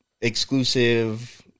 exclusive